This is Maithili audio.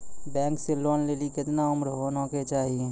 बैंक से लोन लेली केतना उम्र होय केचाही?